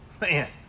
man